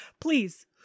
Please